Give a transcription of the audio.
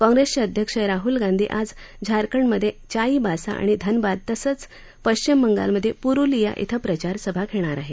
काँप्रेसचे अध्यक्ष राहुल गांधी आज झारखंडमधे चाईबासा आणि धनबाद क्रें तसंच पश्चिम बंगालमधे पुरूलिया धिं प्रचारसभा घेणार आहेत